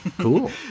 Cool